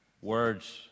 Words